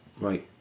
Right